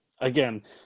again